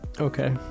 Okay